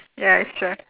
ya extra